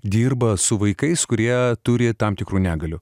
dirba su vaikais kurie turi tam tikrų negalių